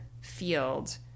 field